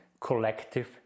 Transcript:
collective